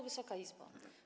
Wysoka Izbo!